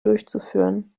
durchzuführen